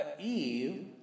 Eve